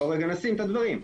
בואו נשים את הדברים.